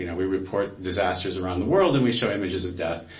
you know we report disasters around the world and we show images of death.